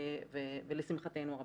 לשמחתנו הרבה.